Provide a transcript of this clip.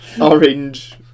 Orange